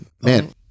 man